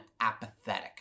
apathetic